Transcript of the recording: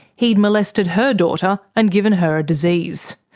he'd molested her daughter and given her a disease.